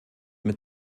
mit